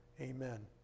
Amen